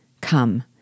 Come